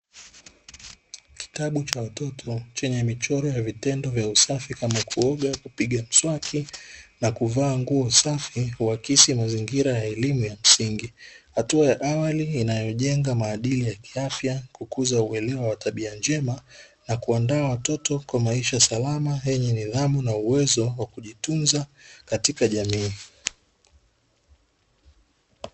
Kitabu cha watoto chenye michoro ya vitendo vya usafi, kama kuoga, kupiga mswaki na kuvaa nguo safi, huakisi mazingira ya elimu ya msingi, hatua ya awali inayojenga maadili ya kiafya, kukuza uelewa wa tabia njema na kuandaa watoto kwa maisha salama yenye nidhamu na uwezo wa kujitunza katika jamii.